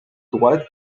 droite